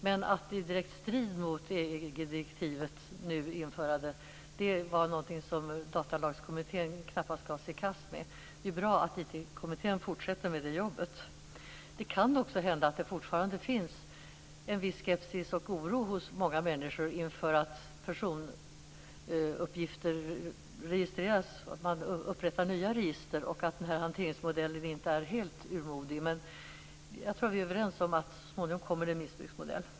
Men att i direkt strid mot EG-direktivet nu införa detta var något som Datalagskommittén knappast gav sig i kast med. Det är bra att IT-kommittén fortsätter med det jobbet. Det kan också hända att det fortfarande finns en viss skepsis och oro hos många människor inför att personuppgifter registreras, att man upprättar nya register och att den här hanteringsmodellen inte är helt urmodig. Men jag tror att vi är överens om att det så småningom kommer en missbruksmodell.